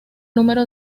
número